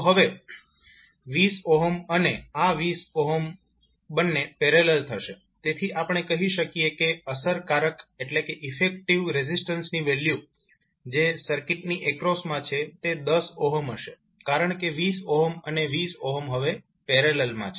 તો હવે 20 અને આ 20 બંને પેરેલલ થશે તેથી આપણે કહી શકીએ કે અસરકારક R ની વેલ્યુ જે સર્કિટની એક્રોસમાં છે તે 10 હશે કારણ કે 20 અને 20 હવે પેરેલલમાં છે